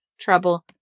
trouble